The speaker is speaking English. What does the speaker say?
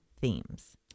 themes